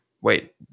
wait